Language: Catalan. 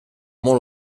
molt